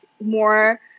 more